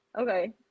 okay